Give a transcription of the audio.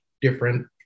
different